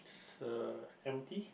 uh empty